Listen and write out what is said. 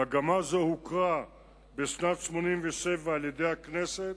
מגמה זו הוכרה בשנת 1987 על-ידי הכנסת